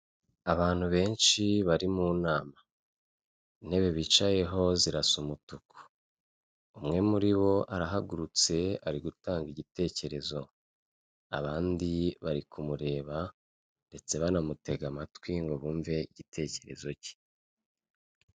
Abantu benshi bari mu nama, intebe bicayeho zirasa umutuku, umwe muri bo arahagurutse ari gutanga igitekerezo abandi bari kumureba ndetse banamutega amatwi ngo bumve igitekerezo cye.